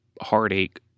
heartache